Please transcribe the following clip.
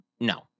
No